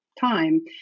time